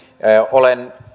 olen